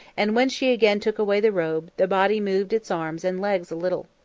and when she again took away the robe, the body moved its arms and legs a little.